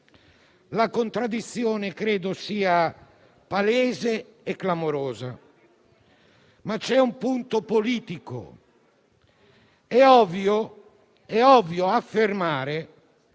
La contraddizione credo sia palese e clamorosa, ma c'è un punto politico: è ovvio affermare